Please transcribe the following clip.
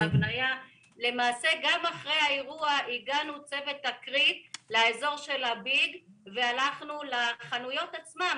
גם אחרי האירוע הגיע צוות לאזור הביג והלך לחנויות עצמם